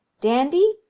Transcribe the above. dandie,